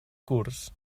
curs